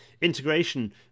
integration